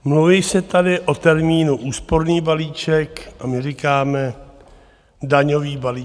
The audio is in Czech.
Mluví se tady o termínu úsporný balíček, a my říkáme daňový balíček.